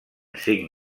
cinc